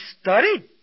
studied